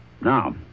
Now